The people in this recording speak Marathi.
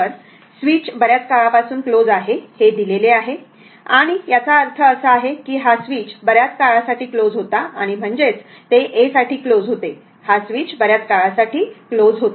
तर स्विच बर्याच काळापासून क्लोज आहे हे दिले आहेआणि याचा अर्थ असा आहे की हा स्विच बर्याच काळासाठी क्लोज होता आणि म्हणजेच ते a साठी क्लोज होते हा स्विच बर्याच काळा साठी क्लोज होता